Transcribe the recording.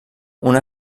una